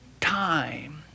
time